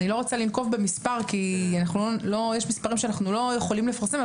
אני לא רוצה לנקוב במספר כי יש מספרים שאנחנו לא יכולים לפרסום,